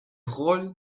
rôle